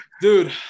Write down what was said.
Dude